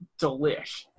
delish